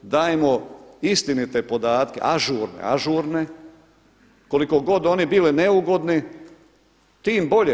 Dajmo istinite podatke, ažurne, ažurne koliko god oni bili neugodni tim bolje.